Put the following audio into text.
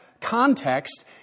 context